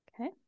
Okay